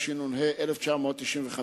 התשנ"ה 1995,